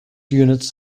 units